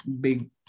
big